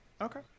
Okay